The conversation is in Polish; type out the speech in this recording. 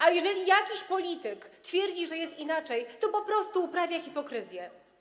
A jeżeli jakiś polityk twierdzi, że jest inaczej, to po prostu uprawia hipokryzję.